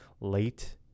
Late